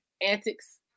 antics